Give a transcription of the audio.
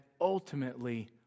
ultimately